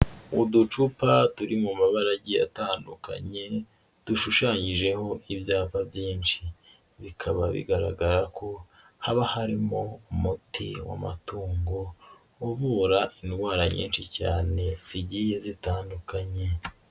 Uducupa turi mu mabarage agiye atandukanye dushushanyijeho ibyapa byinshi, bikaba bigaragara ko haba harimo umuti w'amatungo uvura indwara nyinshi cyane zigiye zitandukanye.